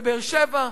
בבאר-שבע,